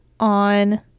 on